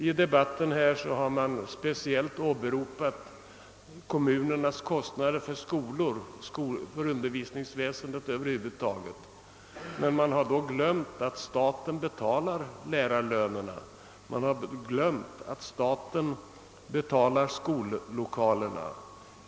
I debatten har speciellt åberopats kommunernas kostnader för skolor och för undervisningsväsendet över huvud taget. Men man har då glömt att staten betalar lärarlönerna och skollokalerna.